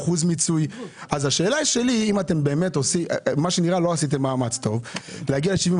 כנראה שאנחנו עושים משהו לא מספיק טוב, כדי לשפר?